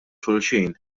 xulxin